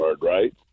right